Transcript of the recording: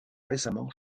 récemment